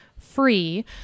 free